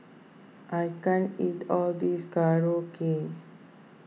I can't eat all this Korokke